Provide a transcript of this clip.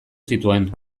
zituen